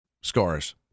Scars